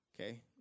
Okay